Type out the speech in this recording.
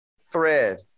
thread